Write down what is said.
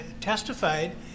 testified